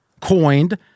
coined